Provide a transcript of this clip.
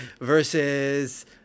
versus